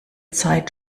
zeit